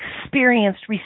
experienced